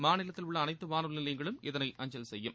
மாநிலத்தில் உள்ள அனைத்து வானொலி நிலையங்களும் இதனை அஞ்சல் செய்யும்